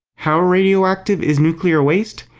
how radioactive is nuclear waste?